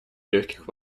легких